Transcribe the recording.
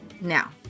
Now